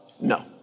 no